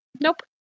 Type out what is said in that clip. Nope